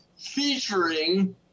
featuring